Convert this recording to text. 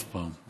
אף פעם.